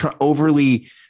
overly